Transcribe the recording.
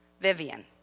Vivian